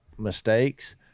mistakes